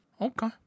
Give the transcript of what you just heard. okay